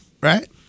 right